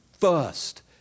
first